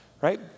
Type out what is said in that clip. right